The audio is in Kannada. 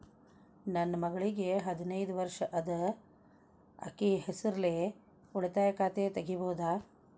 ನನ್ನ ಮಗಳಿಗೆ ಹದಿನೈದು ವರ್ಷ ಅದ ಅಕ್ಕಿ ಹೆಸರಲ್ಲೇ ಉಳಿತಾಯ ಖಾತೆ ತೆಗೆಯಬಹುದಾ?